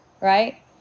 right